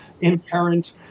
inherent